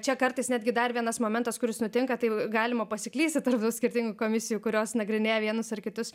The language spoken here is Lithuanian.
čia kartais netgi dar vienas momentas kuris nutinka tai galima pasiklysti tarp tų skirtingų komisijų kurios nagrinėja vienus ar kitus